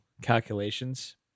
calculations